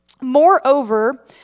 Moreover